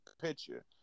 picture